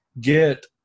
get